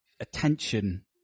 attention